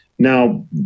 Now